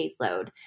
caseload